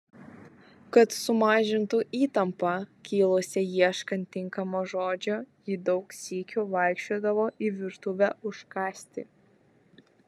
kad sumažintų įtampą kilusią ieškant tinkamo žodžio ji daug sykių vaikščiodavo į virtuvę užkąsti